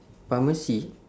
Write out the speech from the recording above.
pharmacy